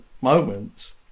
moments